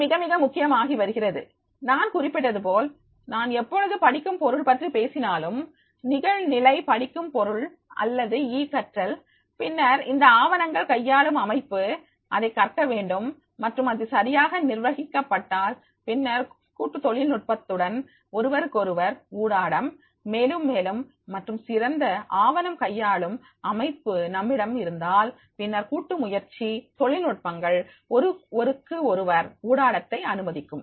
இது மிக மிக முக்கியம் ஆகிவருகிறது நான் குறிப்பிட்டது போல் நான் எப்பொழுது படிக்கும் பொருள் பற்றி பேசினாலும் நிகழ்நிலை படிக்கும் பொருள் அல்லது ஈ கற்றல் பின்னர் இந்த ஆவணங்கள் கையாளும் அமைப்பு அதை கற்க வேண்டும் மற்றும் அது சரியாக நிர்வகிக்கபட்டால் பின்னர் கூட்டு தொழில்நுட்பத்துடன் ஒருவருக்கொருவர் ஊடாடம் மேலும் மேலும் மற்றும் சிறந்த ஆவணம் கையாளும் அமைப்பு நம்மிடம் இருந்தால் பின்னர் கூட்டுமுயற்சி தொழில்நுட்பங்கள் ஒருவருக்கொருவர் ஊடாடத்தை அனுமதிக்கும்